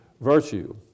virtue